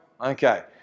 Okay